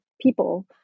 people